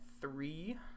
three